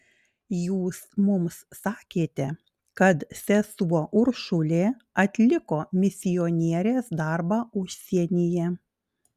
jūs mums sakėte kad sesuo uršulė atliko misionierės darbą užsienyje